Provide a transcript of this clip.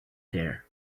there